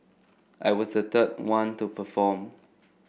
I was the third one to perform